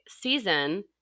season